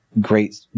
great